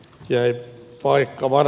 tie paikka voi